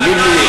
אתה יודע מה,